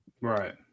Right